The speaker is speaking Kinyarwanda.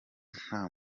nta